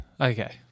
Okay